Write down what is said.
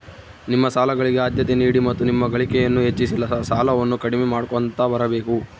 ನಿಮ್ಮ ಸಾಲಗಳಿಗೆ ಆದ್ಯತೆ ನೀಡಿ ಮತ್ತು ನಿಮ್ಮ ಗಳಿಕೆಯನ್ನು ಹೆಚ್ಚಿಸಿ ಸಾಲವನ್ನ ಕಡಿಮೆ ಮಾಡ್ಕೊಂತ ಬರಬೇಕು